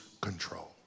control